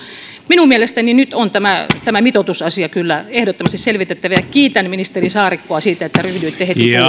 minun mielestäni nyt on tämä tämä mitoitusasia kyllä ehdottomasti selvitettävä ja kiitän ministeri saarikkoa siitä että ryhdyitte heti puuhaan